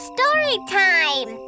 Storytime